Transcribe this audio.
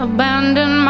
Abandon